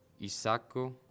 Isacco